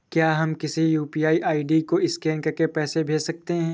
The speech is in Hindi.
क्या हम किसी यू.पी.आई आई.डी को स्कैन करके पैसे भेज सकते हैं?